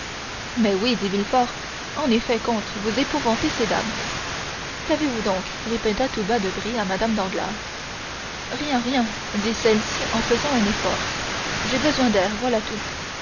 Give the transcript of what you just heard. mais oui dit villefort en effet comte vous épouvantez ces dames qu'avez-vous donc répéta tout bas debray à mme danglars rien rien dit celle-ci en faisant un effort j'ai besoin d'air voilà tout